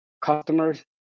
customers